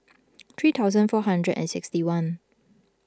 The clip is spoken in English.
three thousand four hundred and sixty one